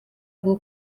bwo